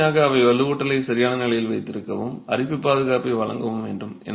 முதன்மையாக அவை வலுவூட்டலை சரியான நிலையில் வைத்திருக்கவும் அரிப்பு பாதுகாப்பை வழங்கவும் வேண்டும்